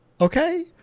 Okay